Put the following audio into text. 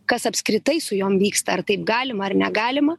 kas apskritai su jom vyksta ar taip galima ar negalima